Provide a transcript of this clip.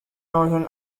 northern